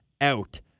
out